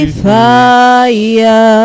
fire